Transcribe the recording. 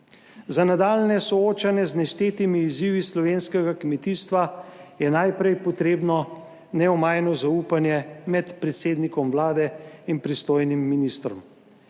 Za nadaljnje soočanje z neštetimi izzivi slovenskega kmetijstva je najprej potrebno neomajno zaupanje med predsednikom Vlade in pristojnim ministrom.